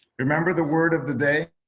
remember the word of the day,